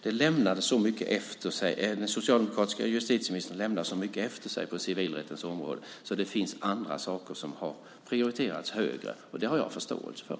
Den socialdemokratiska justitieministern lämnade så mycket efter sig på civilrättens område att det finns andra saker som har prioriterats högre. Det har jag förståelse för.